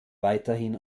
weiterhin